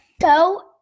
go